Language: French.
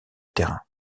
terrain